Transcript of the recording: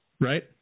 right